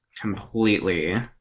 completely